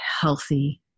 healthy